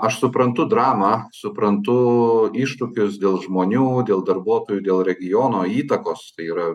aš suprantu dramą suprantu iššūkius dėl žmonių dėl darbuotojų dėl regiono įtakos tai yra